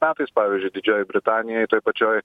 metais pavyzdžiui didžiojoj britanijoj toj pačioj